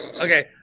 Okay